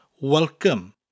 Welcome